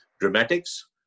dramatics